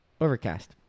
Overcast